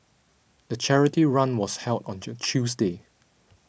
the charity run was held onto Tuesday